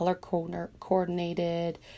color-coordinated